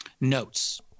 notes